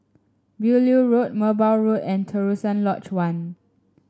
Beaulieu Road Merbau Road and Terusan Lodge One